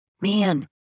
Man